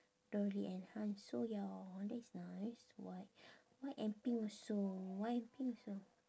don't really enhance so ya that's nice white white and pink also white and pink also